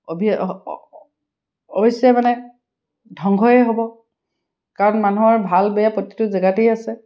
অৱশ্যে মানে ধ্বংসই হ'ব কাৰণ মানুহৰ ভাল বেয়া প্ৰতিটো জেগাতেই আছে